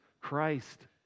christ